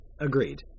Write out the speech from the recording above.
Agreed